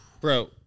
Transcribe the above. Bro